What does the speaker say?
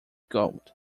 gold